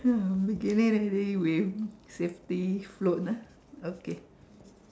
ya beginning already with fifty float ah okay